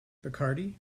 bacardi